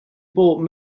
bought